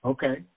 Okay